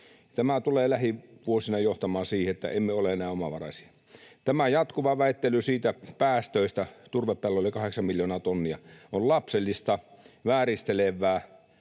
Tämä tulee lähivuosina johtamaan siihen, että emme ole enää omavaraisia. Tämä jatkuva väittely päästöistä — turvepelloille 8 miljoonaa tonnia — on lapsellista, vääristelevää,